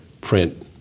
print